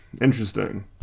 Interesting